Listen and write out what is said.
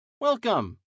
Welcome